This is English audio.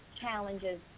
challenges